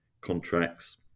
contracts